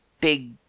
big